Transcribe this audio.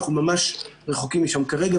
אנחנו ממש רחוקים משם כרגע,